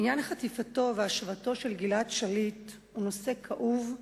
עניין חטיפתו והשבתו של גלעד שליט הוא נושא כאוב,